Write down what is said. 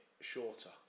shorter